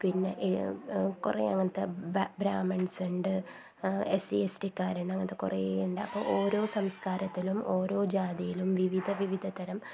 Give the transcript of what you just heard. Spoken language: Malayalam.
പിന്നെ കുറേ അങ്ങനത്തെ ബ ബ്രാഹ്മിന്സ് ഉണ്ട് എസ് സി എസ് ടിക്കാരുണ്ട് അങ്ങനത്തെ കുറേയുണ്ട് അപ്പോള് ഓരോ സംസ്കാരത്തിലും ഓരോ ജാതിയിലും വിവിധ വിവിധ തരം